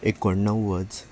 एकोणणव्वद